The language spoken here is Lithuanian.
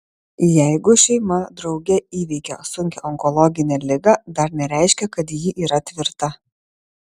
jeigu šeima drauge įveikė sunkią onkologinę ligą dar nereiškia kad ji yra tvirta